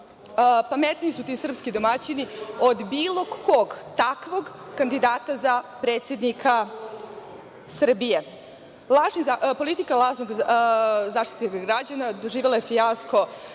Pametniji su ti srpski domaćini od bilo kog takvog kandidata za predsednika Srbije. Politika lažnog Zaštitnika građana doživela je fijasko